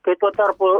kai tuo tarpu